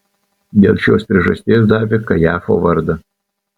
dėl šios priežasties davė kajafo vardą